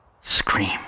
scream